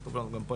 זה פה,